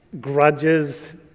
grudges